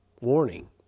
warning